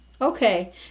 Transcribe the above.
Okay